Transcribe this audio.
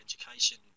education